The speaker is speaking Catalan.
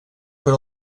per